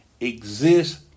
exist